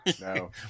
No